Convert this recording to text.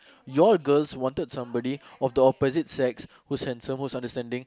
you all girls wanted somebody of the opposite sex who's handsome who's understanding